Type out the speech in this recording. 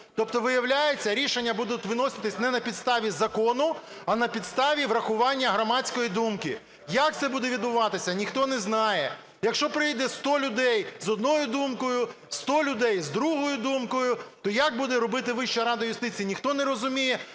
Тобто, виявляється, рішення будуть вноситися не на підставі закону, а на підставі врахування громадської думки. Як це буде відбуватися? Ніхто не знає. Якщо прийде 100 людей з однією думкою, 100 людей з другою думкою, то як буде робити Вища рада юстиції, ніхто не розуміє,